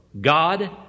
God